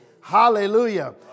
Hallelujah